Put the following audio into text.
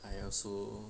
I also